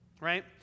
Right